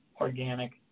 organic